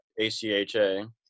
ACHA